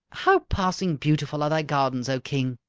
how passing beautiful are thy gardens, o king!